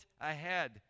ahead